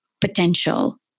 potential